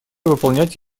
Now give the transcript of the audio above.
выполнять